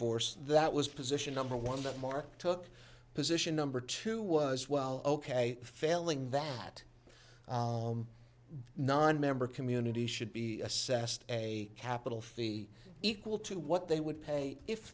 force that was position number one that mark took a position number two was well ok failing that non member community should be assessed a capital fee equal to what they would pay if